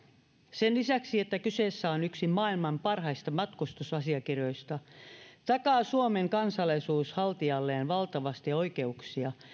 sen lisäksi että kyseessä on yksi maailman parhaista matkustusasiakirjoista takaa suomen kansalaisuus haltijalleen valtavasti oikeuksia